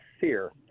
fear